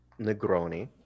Negroni